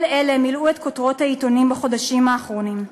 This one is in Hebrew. כל אלה מילאו את כותרות העיתונים בחודשים האחרונים.